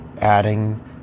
adding